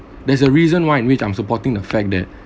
there's a reason why in which I'm supporting the fact that